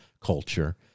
culture